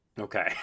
Okay